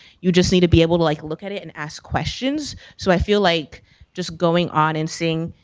you just need to be able to like look at it and ask questions. so i feel like just going on and seeing,